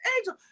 Angel